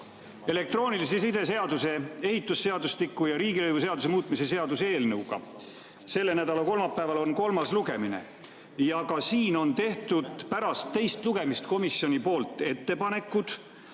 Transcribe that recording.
elektroonilise side seaduse, ehitusseadustiku ja riigilõivuseaduse muutmise seaduse eelnõust. Selle nädala kolmapäeval on kolmas lugemine ja ka siin on tehtud pärast teist lugemist komisjoni poolt ettepanekud